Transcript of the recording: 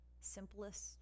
Simplest